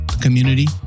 community